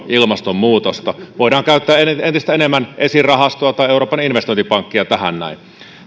ilmastonmuutosta voidaan käyttää entistä enemmän esir rahastoa tai euroopan investointipankkia tähän näin